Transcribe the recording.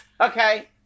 Okay